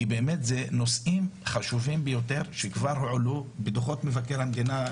כי אלה נושאים חשובים ביותר שכבר הועלו בדוחות מבקר המדינה.